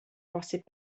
posib